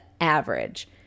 average